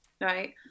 right